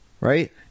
right